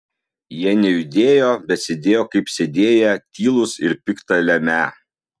jie nejudėjo bet sėdėjo kaip sėdėję tylūs ir pikta lemią